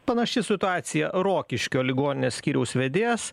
panaši situacija rokiškio ligoninės skyriaus vedėjas